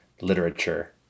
literature